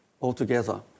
altogether